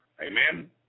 Amen